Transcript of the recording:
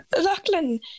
Lachlan